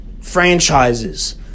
franchises